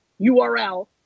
URL